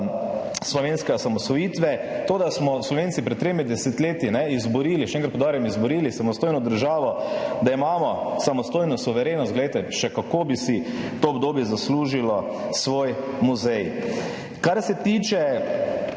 slovenske osamosvojitve. To, da smo Slovenci pred tremi desetletji izborili, še enkrat poudarjam izborili, samostojno državo, da imamo samostojno suverenost, še kako bi si to obdobje zaslužilo svoj muzej. Kar se tiče,